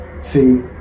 See